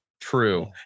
True